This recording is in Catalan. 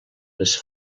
les